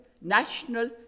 national